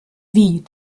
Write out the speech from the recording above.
wie